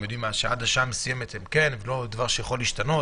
יודעים שעד שעה מסוימת וזה לא דבר שיכול להשתנות.